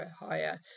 higher